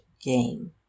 game